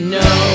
no